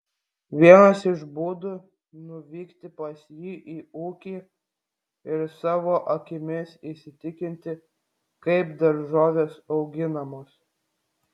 vienas iš būdų nuvykti pas jį į ūkį ir savo akimis įsitikinti kaip daržovės auginamos